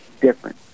different